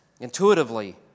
intuitively